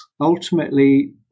Ultimately